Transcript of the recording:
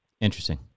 Interesting